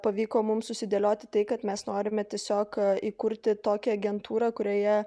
pavyko mums susidėlioti tai kad mes norime tiesiog įkurti tokią agentūrą kurioje